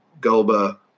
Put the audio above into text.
Gulba